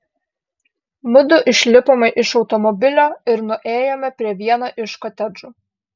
mudu išlipome iš automobilio ir nuėjome prie vieno iš kotedžų